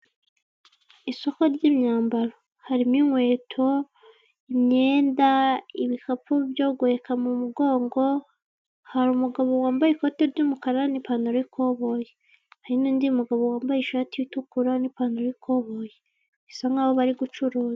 Isoko ry'imyambaro. Harimo inkweto, imyenda, ibikapu byo guheka mu mugongo, hari umugabo ambaye ikote ry'umukara n'ipantaro y'ikoboyi. Hari n'undi mugabo wambaye ishati itukura n'ipantaro y'ikoboyi. Bisa nk'aho bari gucuruza.